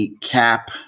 Cap